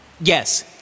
Yes